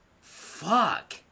Fuck